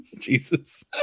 Jesus